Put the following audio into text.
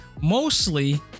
mostly